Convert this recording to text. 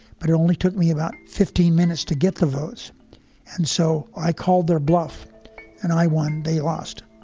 but it only took me about fifteen minutes to get the votes and so i called their bluff and i won. they lost.